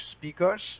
speakers